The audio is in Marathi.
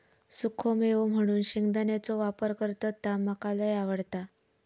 सुखो मेवो म्हणून शेंगदाण्याचो वापर करतत ता मका लय आवडता